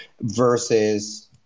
versus